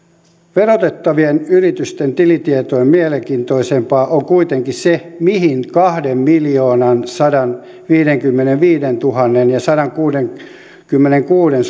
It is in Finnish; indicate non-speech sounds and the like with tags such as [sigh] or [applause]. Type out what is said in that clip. verotettavien yritysten tilitietoja mielenkiintoisempaa on kuitenkin se mihin kahdenmiljoonansadanviidenkymmenenviidentuhannensadankuudenkymmenenkuuden [unintelligible]